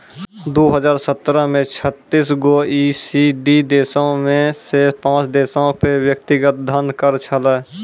दु हजार सत्रह मे छत्तीस गो ई.सी.डी देशो मे से पांच देशो पे व्यक्तिगत धन कर छलै